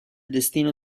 destino